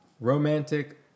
romantic